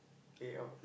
pay out